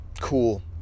Cool